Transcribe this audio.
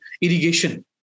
irrigation